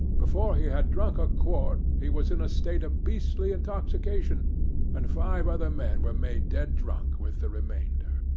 before he had drunk a quart, he was in a state of beastly intoxication and five other men were made dead drunk with the remainder.